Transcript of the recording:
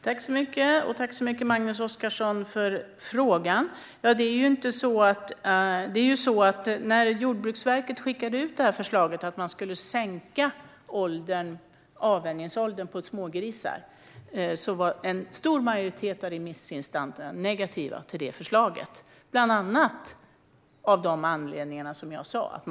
Fru talman! Tack så mycket, Magnus Oscarsson, för frågan! När Jordbruksverket skickade ut förslaget om en sänkning av avvänjningsåldern på smågrisar var en stor majoritet av remissinstanserna negativa till det förslaget bland annat av de anledningar som jag nämnde.